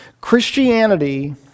Christianity